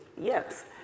yes